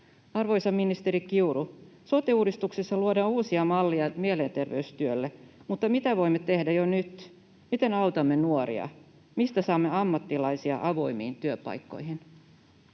Arvoisa ministeri Kiuru, sote-uudistuksessa luodaan uusia malleja mielenter-veystyölle, mutta mitä voimme tehdä jo nyt? Miten autamme nuoria? Mistä saamme ammattilaisia avoimiin työpaikkoihin?